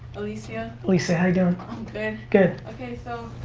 alicia. alicia, how you doing? good. good. okay, so,